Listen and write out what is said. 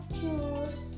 choose